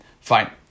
Fine